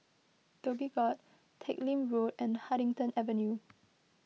Dhoby Ghaut Teck Lim Road and Huddington Avenue